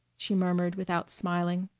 she murmured, without smiling.